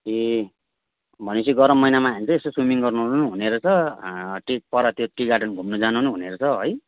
ए भनेपछि गरम महिनामा आयो भने चाहिँ यसो स्विमिङ गर्नु ओर्नु पनि हुने रहेछ ते पर त्यो टी गार्डन घुम्न जानु पनि हुने रहेछ है